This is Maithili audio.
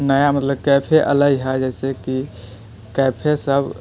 नया मतलब कैफे एलै हँ जैसे की कैफे सब